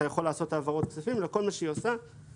אתה יכול לעשות העברות כספים אלא כול מה שהיא עושה זה